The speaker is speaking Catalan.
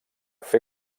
fer